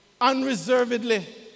Unreservedly